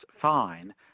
fine